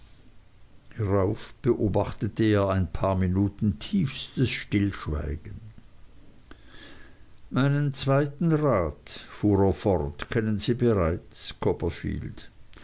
hierauf beobachtete er ein paar minuten tiefstes stillschweigen meinen zweiten rat fuhr er fort kennen sie bereits copperfield